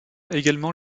également